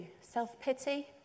Self-pity